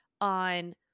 on